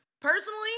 Personally